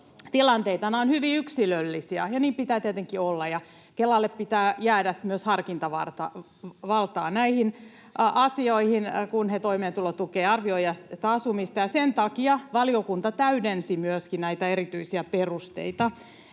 Tilanteethan ovat hyvin yksilöllisiä, ja niin pitää tietenkin olla, ja Kelalle pitää jäädä myös harkintavaltaa näihin asioihin, kun he arvioivat toimeentulotukea ja asumista. Sen takia valiokunta täydensi myöskin näitä erityisiä perusteita,